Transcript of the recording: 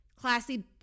Classy